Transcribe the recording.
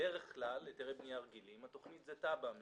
בדרך כלל בהיתרי בנייה רגילים התוכנית היא תב"ע מקומית.